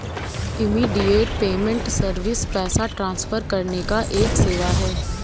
immediate payment service पैसा transfer करने का एक सेवा है